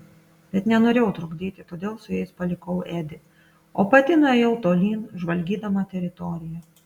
bet nenorėjau trukdyti todėl su jais palikau edį o pati nuėjau tolyn žvalgydama teritoriją